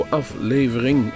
aflevering